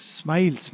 smile